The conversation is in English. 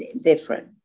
Different